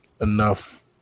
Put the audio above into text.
enough